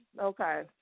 Okay